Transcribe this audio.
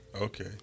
Okay